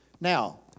Now